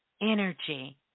energy